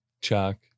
chuck